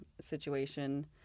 situation